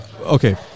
okay